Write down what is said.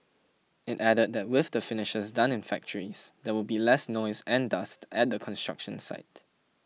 it added that with the finishes done in factories there will be less noise and dust at the construction site